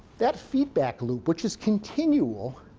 that feedback loop, which is continual,